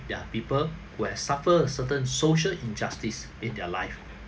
there are people who have suffered certain social injustice in their life